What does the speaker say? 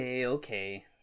okay